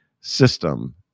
system